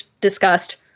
discussed